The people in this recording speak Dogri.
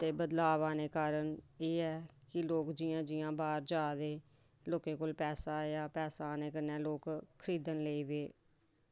ते बदलाव आने कारण एह् ऐ कि लोग जियां जियां बाहर जा दे लोकें कोल पैसा आया पैस आने कन्नै लोक खरीदन लग्गी पे